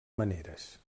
maneres